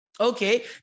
Okay